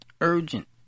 urgent